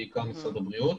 בעיקר משרד הבריאות,